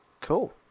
Cool